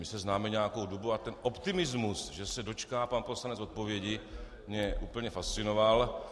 My se známe nějakou dobu a optimismus, že se dočká pan poslanec odpovědi, mě úplně fascinoval.